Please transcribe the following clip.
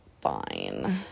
Fine